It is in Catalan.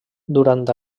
durant